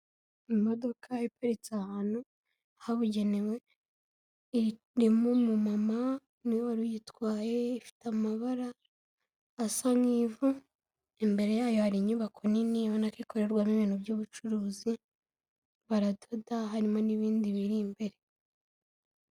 Imodoka iparitse ahantu habugenewe irimo umuma niwe wari uyitwaye ifite amabara asa nk'ivu imbere yayo hari inyubako ninibonako ikorerwamo ibintu by'ubucuruzi baradoda harimo n'ibindi biri imbere.